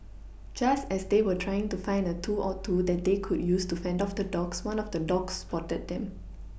just as they were trying to find a tool or two that they could use to fend off the dogs one of the dogs spotted them